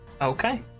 Okay